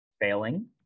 Failing